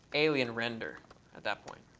alien render at that point.